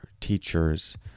teachers